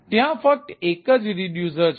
અને ત્યાં ફક્ત એક જ રિડ્યુસર છે